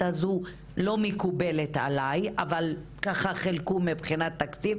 הזאת לא מקובלת עלי אבל ככה חילקו מבחינת תקציב,